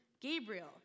Gabriel